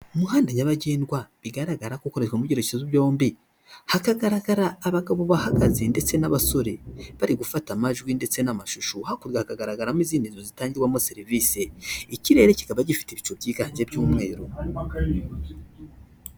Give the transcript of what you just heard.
Umuhanda nyabagendwa bigaragara ko ukoreshwa mu byerekezo byombi, hakagaragara abagabo bahagaze ndetse n'abasore bari gufata amajwi ndetse n'amashusho. Hakurya hagaragaramo izindi nzu zitangirwamo serivisi, ikirere kikaba gifite ibicu byiganje by'umweru.